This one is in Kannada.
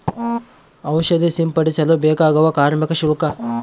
ಔಷಧಿ ಸಿಂಪಡಿಸಲು ಬೇಕಾಗುವ ಕಾರ್ಮಿಕ ಶುಲ್ಕ?